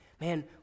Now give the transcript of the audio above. Man